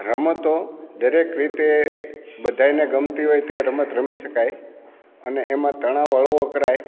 રમતો દરેક રીતે બધાયને ગમતી હોય તે રમત રમી શકાય અને એમાં તણાવ હળવો કરાય